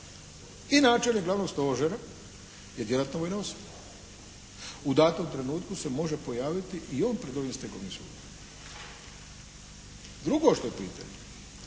i načelnik Glavnog stožera je djelatna vojna osoba. U datom trenutku se može pojaviti i on pred ovim stegovnim sudom. Drugo što je pitanje